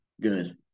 good